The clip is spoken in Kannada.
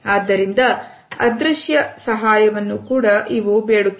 ಆದ್ದರಿಂದ ಅದೃಶ್ಯ ಸಹಾಯವನ್ನು ಕೂಡ ಇವು ಬೇಡುತ್ತವೆ